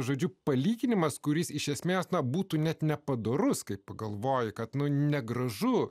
žodžiu palyginimas kuris iš esmės na būtų net nepadorus kai pagalvoji kad nu negražu